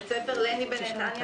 בית ספר לני בנתניה,